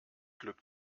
glück